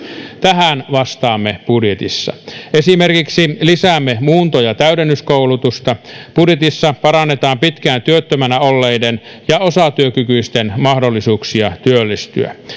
tähän vastaamme budjetissa esimerkiksi lisäämme muunto ja täydennyskoulutusta budjetissa parannetaan pitkään työttömänä olleiden ja osatyökykyisten mahdollisuuksia työllistyä